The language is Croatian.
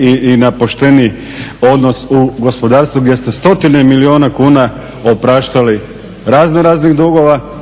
i na pošteniji odnos u gospodarstvu gdje ste stotine milijuna kuna opraštali raznog raznih dugova